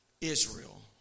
Israel